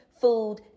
food